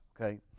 okay